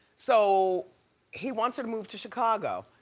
so he wants her to move to chicago.